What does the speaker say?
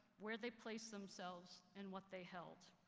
where they placed themselves, and what they held.